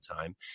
time